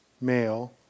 Male